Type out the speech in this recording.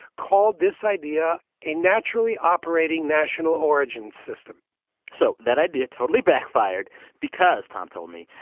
called this idea a naturally operating national origin system so that idea totally backfired because, tom told me,